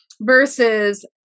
Versus